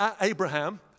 Abraham